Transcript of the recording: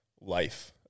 life